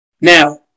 Now